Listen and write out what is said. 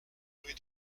rue